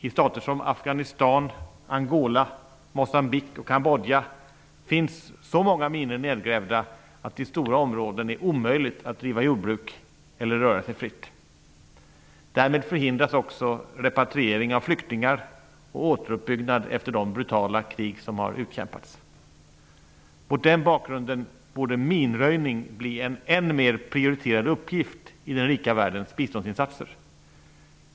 I stater som Afghanistan, Angola, Moçambique och Kambodja finns så många minor nedgrävda att det i stora områden är omöjligt att bedriva jordbruk eller röra sig fritt. Därmed förhindras också repatriering av flyktingar och återuppbyggnad efter de brutala krig som har utkämpats. Mot den bakgrunden borde minröjning bli en än mer prioriterad uppgift i den rika världens biståndsinsatser.